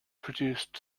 produced